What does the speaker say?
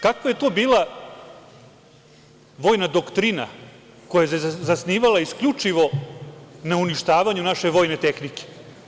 Kakva je to bila vojna doktrina koja se zasnivala isključivo na uništavanju naše vojne tehnike?